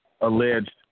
alleged